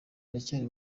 aracyari